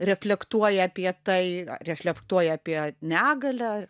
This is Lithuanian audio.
reflektuoja apie tai reflektuoja apie negalią